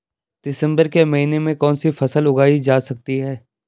दिसम्बर के महीने में कौन सी फसल उगाई जा सकती है?